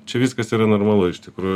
čia viskas yra normalu iš tikrų